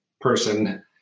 person